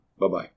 Bye-bye